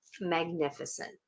magnificent